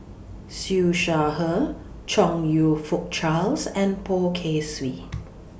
Siew Shaw Her Chong YOU Fook Charles and Poh Kay Swee